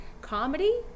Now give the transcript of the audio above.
comedy